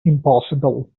impossible